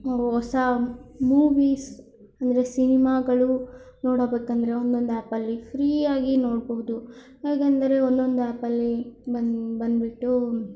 ಹೊಸ ಮೂವೀಸ್ ಅಂದರೆ ಸಿನಿಮಾಗಳು ನೋಡಬೇಕಂದ್ರೆ ಒಂದೊಂದು ಆ್ಯಪಲ್ಲಿ ಫ್ರೀ ಆಗಿ ನೋಡಬಹ್ದು ಹೇಗೆಂದರೆ ಒಂದೊಂದು ಆ್ಯಪಲ್ಲಿ ಬಂದು ಬಂದುಬಿಟ್ಟು